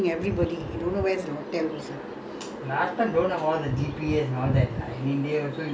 ah he want to check the Hilton hotel don't know where keep asking everybody he don't know where the hotel is